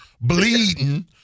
bleeding